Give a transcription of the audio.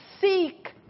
seek